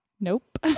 Nope